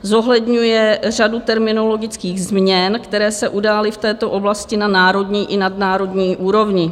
Zohledňuje řadu terminologických změn, které se udály v této oblasti na národní i nadnárodní úrovni.